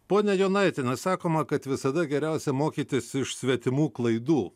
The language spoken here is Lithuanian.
ponia jonaitiene sakoma kad visada geriausia mokytis iš svetimų klaidų